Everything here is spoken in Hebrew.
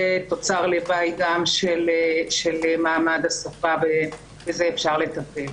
תוצר לוואי גם של מעמד השפה ובזה אפשר לטפל.